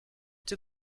too